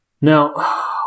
Now